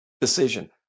decision